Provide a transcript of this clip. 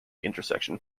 intersection